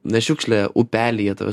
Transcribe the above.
nes šiukšlė upelyje tave